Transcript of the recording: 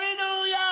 Hallelujah